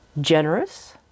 Generous